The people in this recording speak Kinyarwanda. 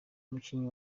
umukinyi